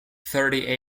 thirty